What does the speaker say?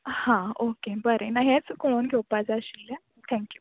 हां ओके बरें ना हेंच कोण घेवपा जाय आशिल्लें थँक्यू